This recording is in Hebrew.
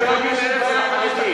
גמרנו, אין להם בעיה.